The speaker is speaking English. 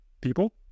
people